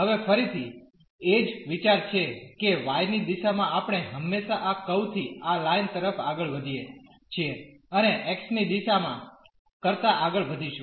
હવે ફરીથી એ જ વિચાર છે કે y ની દિશામાં આપણે હંમેશાં આ કર્વ થી આ લાઇન તરફ આગળ વધીએ છીએ અને x ની દિશામાં કરતા આગળ વધીશું